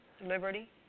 Liberty